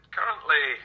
Currently